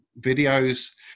videos